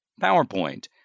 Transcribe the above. PowerPoint